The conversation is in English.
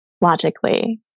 logically